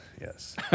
Yes